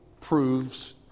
proves